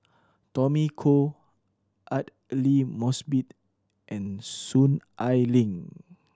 Tommy Koh Aidli Mosbit and Soon Ai Ling